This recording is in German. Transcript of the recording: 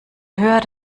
höher